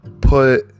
put